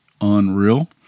unreal